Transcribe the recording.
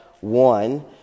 one